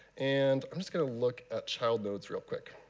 and i'm just going to look at child nodes real quick.